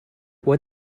what